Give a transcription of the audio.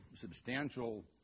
substantial